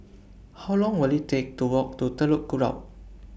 How Long Will IT Take to Walk to Telok Kurau